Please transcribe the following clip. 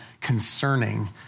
concerning